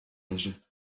leży